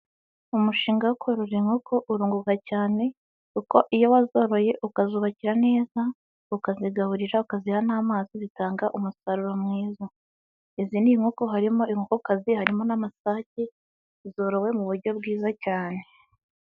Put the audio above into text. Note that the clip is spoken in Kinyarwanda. Umushinga wo korora inkoko urunguka cyane, kuko iyo wazoroye ukazubakira neza, ukazigaburira, akaziha n'amazi zitanga umusaruro mwiza. Izi ni inkoko, harimo inkokazi, harimo n'amasake, zorowe mu buryo bwiza cyane.